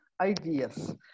ideas